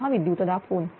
हा विद्युत दाब कोन